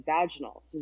vaginal